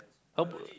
nope